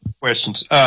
questions